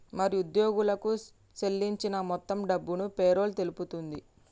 మరి ఉద్యోగులకు సేల్లించిన మొత్తం డబ్బును పేరోల్ తెలుపుతుంది